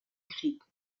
krieg